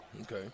Okay